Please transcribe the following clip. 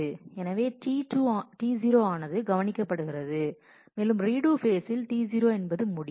எனவே T0 ஆனது கவனிக்க படுகிறது மேலும் ரீடு ஃபேசில் T0 என்பது முடியும்